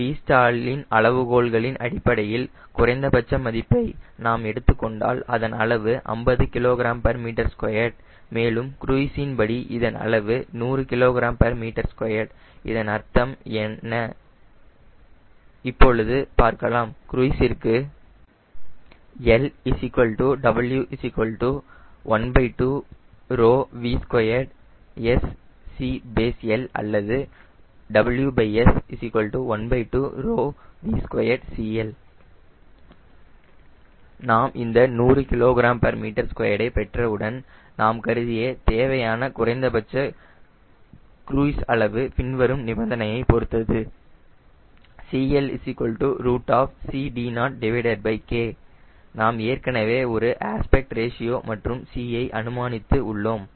vstall இன் அளவுகோல்களின் அடிப்படையில் குறைந்தபட்ச மதிப்பை நாம் எடுத்துக்கொண்டால் அதன் அளவு 50 kgm2 மேலும் க்ரூய்ஸின் படி இதன் அளவு 100 kgm2 இதன் அர்த்தம் என்ன என இப்பொழுது பார்க்கலாம் க்ரூய்ஸ்ற்கு L W 12V2 SCL அல்லது WS 12V2 CL நாம் இந்த 100 kgm2 பெற்றவுடன் நாம் கருதிய தேவையான குறைந்தபட்ச க்ரூய்ஸ் அளவு பின்வரும் நிபந்தனையை பொறுத்தது CLCD0K நாம் ஏற்கனவே ஒரு அஸ்பெக்ட் ரேஷியோ மற்றும் CD0 ஐ அனுமானித்து உள்ளோம்